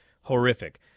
horrific